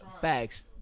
facts